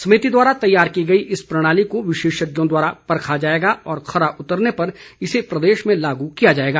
समिति द्वारा तैयार की गई इस प्रणाली को विशेषज्ञों द्वारा परखा जाएगा और खरा उतरने पर इसे प्रदेश में लागू किया जाएगा